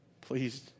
Please